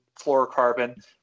fluorocarbon